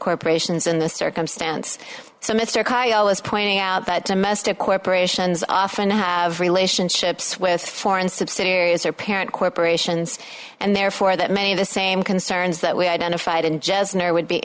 corporations in this circumstance so mr k o s pointing out that domestic corporations often have relationships with foreign subsidiaries or parent corporations and therefore that many of the same concerns that we identified in jazz now would be